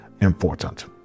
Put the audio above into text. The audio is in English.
important